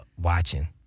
watching